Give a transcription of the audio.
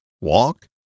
Walk